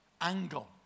angle